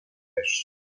tres